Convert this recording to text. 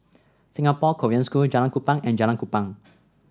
Singapore Korean School Jalan Kupang and Jalan Kupang